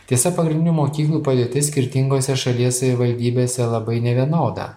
tiesa mokyklų padėtis skirtinguose šalies savivaldybėse labai nevienoda